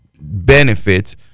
benefits